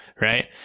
right